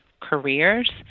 careers